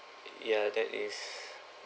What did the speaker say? uh ya that is